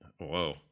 Whoa